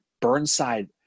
Burnside